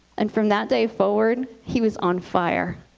and from that day forward, he was on fire.